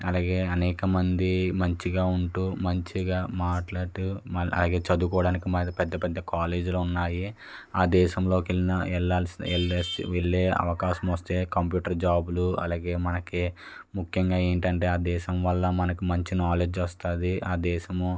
అలాగే అనేక మంది మంచిగా ఉంటూ మంచిగా మాట్లాడుతూ మనలాగే చదువుకోవడానికి పెద్ద పెద్ద కాలేజీలో ఉన్నాయి ఆ దేశంలోకి వెళ్ళిన వెళ్ళాల్సి వెళ్ళే అవకాశం వస్తే కంప్యూటర్ జాబులు అలాగే మనకి ముఖ్యంగా ఏంటంటే ఆ దేశం వల్ల మనకు మంచి నాలెడ్జ్ వస్తుంది ఆ దేశము